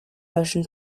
motion